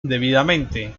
debidamente